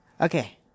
Okay